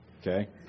Okay